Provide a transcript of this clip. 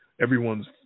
everyone's